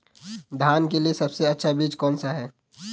धान के लिए सबसे अच्छा बीज कौन सा है?